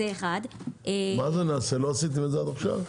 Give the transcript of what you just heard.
לא עשיתם את זה עד כה?